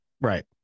Right